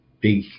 big